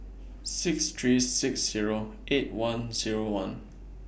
six three six Zero eight one Zero one